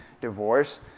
divorce